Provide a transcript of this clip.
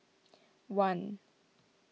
one